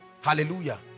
hallelujah